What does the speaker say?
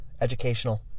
Educational